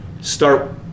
start